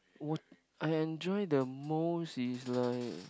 would I enjoy the most is like